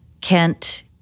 Kent